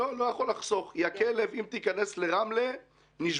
הם כנראה אנשים פרימיטיביים שהם לא